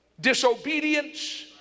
disobedience